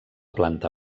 planta